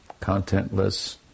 contentless